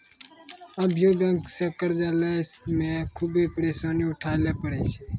अभियो बेंक से कर्जा लेय मे खुभे परेसानी उठाय ले परै छै